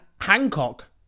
Hancock